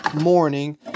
morning